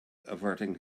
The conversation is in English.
averting